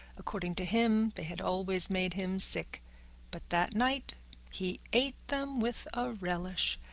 according to him, they had always made him sick but that night he ate them with a relish.